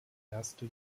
erste